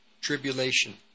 Tribulation